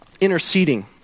interceding